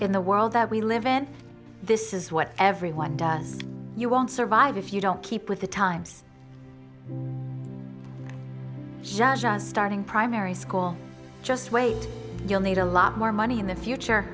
in the world that we live in this is what everyone does you won't survive if you don't keep with the times starting primary school just wait you'll need a lot more money in the future